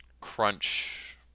crunch